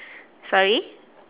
sorry